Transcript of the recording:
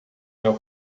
meu